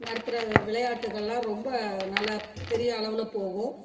நடத்துகிற விளையாட்டுகள்லாம் ரொம்ப நல்ல பெரிய அளவில் போகும்